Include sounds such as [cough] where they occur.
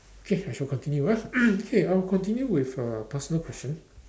okay I shall continue ah [noise] okay I'll continue with uh personal questions